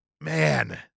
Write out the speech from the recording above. Man